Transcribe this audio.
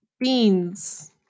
beans